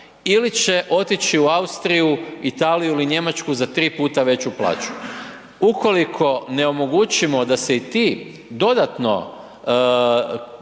ili će otići u Austriju, Italiju ili Njemačku za tri puta veću plaću. Ukoliko ne omogućimo da se i ti dodatno